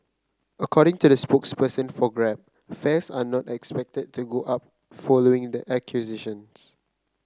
according to a spokesperson for Grab fares are not expected to go up following the acquisitions